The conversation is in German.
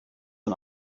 und